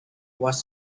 was